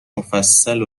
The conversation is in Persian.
مفصل